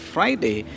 Friday